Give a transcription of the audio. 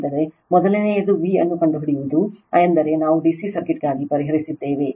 ಎಂದರೆ ನಾವು ಡಿಸಿ ಸರ್ಕ್ಯೂಟ್ಗಾಗಿ ಪರಿಹರಿಸಿದ್ದೇವೆ